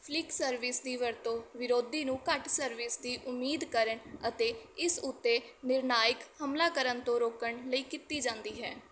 flick service ਦੀ ਵਰਤੋਂ ਵਿਰੋਧੀ ਨੂੰ ਘੱਟ ਸਰਵਿਸ ਦੀ ਉਮੀਦ ਕਰਨ ਅਤੇ ਇਸ ਉੱਤੇ ਨਿਰਣਾਇਕ ਹਮਲਾ ਕਰਨ ਤੋਂ ਰੋਕਣ ਲਈ ਕੀਤੀ ਜਾਂਦੀ ਹੈ